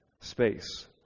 space